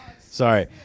Sorry